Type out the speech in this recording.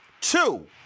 Two